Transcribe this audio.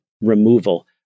removal